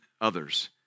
others